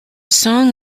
song